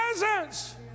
presence